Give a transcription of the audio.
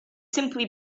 simply